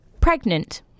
pregnant